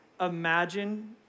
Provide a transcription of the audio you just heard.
imagine